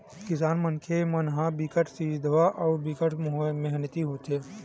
किसान मनखे मन ह बिकट के सिधवा अउ बिकट मेहनती होथे